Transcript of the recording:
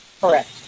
Correct